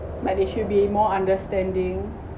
but they should be more understanding